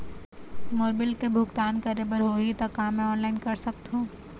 मोर bill के भुगतान करे बर होही ता का मैं ऑनलाइन कर सकथों?